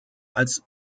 als